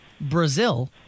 Brazil